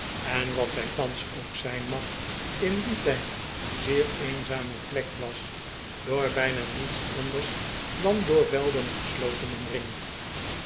en wat zij thans ook zijn mag in dien tijd een zeer eenzame plek was door bijna niets anders dan door velden en slooten omringd